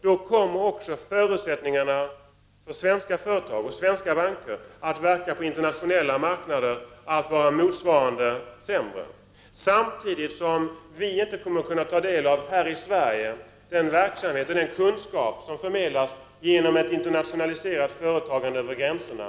Då kommer förutsättningarna för svenska företag och svenska banker att verka på internationella marknader att i motsvarande mån bli sämre. Samtidigt kommer vi i Sverige inte att kunna ta del av den verksamhet och den kunskap som förmedlas genom ett internationaliserat företagande över gränserna.